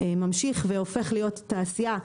ממשיך והופך להיות תעשייה,